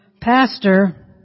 Pastor